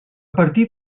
partir